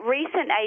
recent